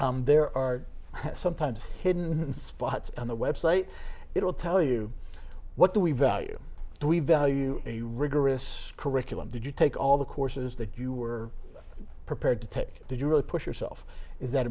there are sometimes hidden spots on the website it will tell you what do we value do we value a rigorous curriculum did you take all the courses that you were prepared to take did you really push yourself is that